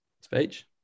Speech